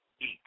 eat